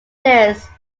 this